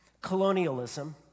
colonialism